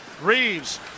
Reeves